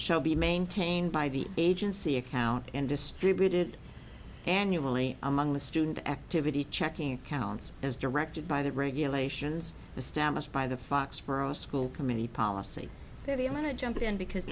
shall be maintained by the agency account and distributed annually among the student activity checking accounts as directed by the regulations established by the foxboro school committee policy will be a minute jump in because